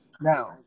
now